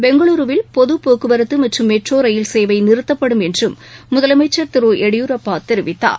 பெங்களூருவில் பொதபோக்குவரத்து மற்றும் மெட்ரோ ரயில் சேவை நிறத்தப்படும் என்றும் முதலமைச்சர் திரு எடியூரப்பா தெரிவித்தார்